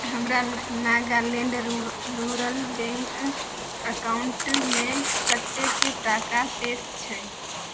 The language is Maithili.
हमर नागालैण्ड रऽ रूरल बैंक अकाउंटमे कतेक टाका शेष छै